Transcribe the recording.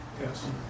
Yes